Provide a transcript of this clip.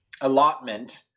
allotment